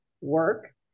work